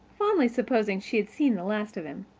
fondly supposing she had seen the last of him.